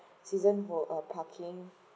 season err parking